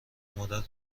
مادر